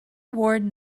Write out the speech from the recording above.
award